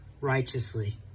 righteously